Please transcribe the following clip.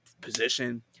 position